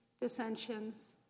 dissensions